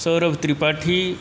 Saurav Tripathi